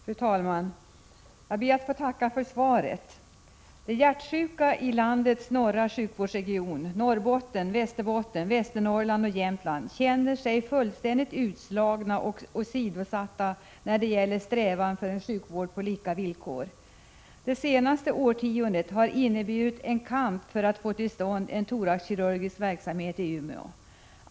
Fru talman! Jag ber att få tacka för svaret. De hjärtsjuka i landets norra sjukvårdsregion — Norrbotten, Västerbotten, Västernorrland och Jämtland — känner sig fullständigt utslagna och åsidosatta när det gäller strävan för en sjukvård på lika villkor. Det senaste årtiondet har inneburit en kamp för att få till stånd en thoraxkirurgisk verksamhet i Umeå.